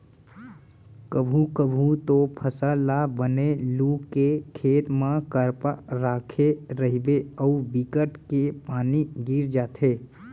कभू कभू तो फसल ल बने लू के खेत म करपा राखे रहिबे अउ बिकट के पानी गिर जाथे